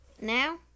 Now